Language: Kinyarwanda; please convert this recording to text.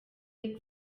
muri